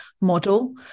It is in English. model